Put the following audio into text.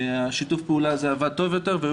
ששיתוף הפעולה הזה עבד טוב יותר והיו